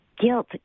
Guilt